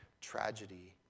tragedy